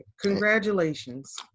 Congratulations